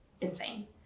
insane